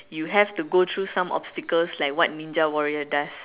you have to go through some obstacles like what Ninja warrior does